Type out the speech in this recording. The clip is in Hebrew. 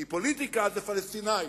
כי פוליטיקה זה פלסטינים,